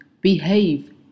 behave